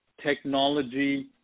technology